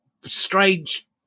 Strange